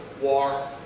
war